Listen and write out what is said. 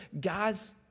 Guys